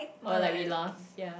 or like we laugh ya